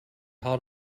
hot